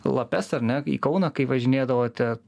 lapes ar ne į kauną kai važinėdavote